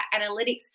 analytics